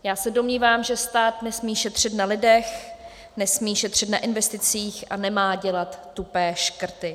Já se domnívám, že stát nesmí šetřit na lidech, nesmí šetřit na investicích a nemá dělat tupé škrty.